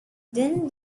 din